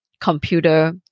computer